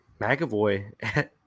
McAvoy